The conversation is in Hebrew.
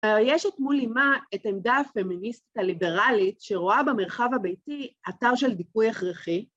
יש את מולימה את עמדה הפמיניסטית הליברלית שרואה במרחב הביתי אתר של דיכוי הכרחי